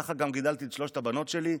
כך גם גידלתי את שלוש הבנות שלי,